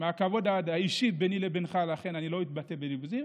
מהכבוד האישי ביני ובינך אני לא אתבטא על זה.